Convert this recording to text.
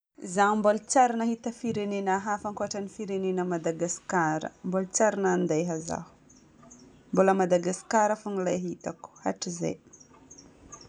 Zaho mbola tsy ary nahita firenena hafa ankoatran'ny firenena Madagasikara. Mbola tsy ary nandeha zaho. Mbola Madagasikara fôgna ilay hitako hatrizay.